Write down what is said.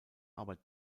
arbeit